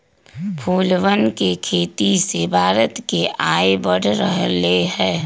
फूलवन के खेती से भारत के आय बढ़ रहले है